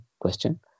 question